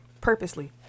Purposely